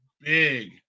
big